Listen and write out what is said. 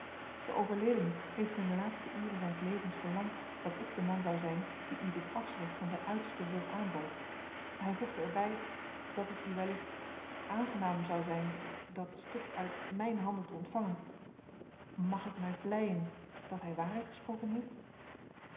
de overledene heeft in de laatste uren zijns levens verlangd dat ik de man zou zijn die u dit afschrift van zijn uitersten wil aanbood hij voegde er bij dat het u wellicht aangenaam zou zijn dat stuk uit mijne handen te ontvangen mag ik mij vleien dat hij waarheid gesproken heeft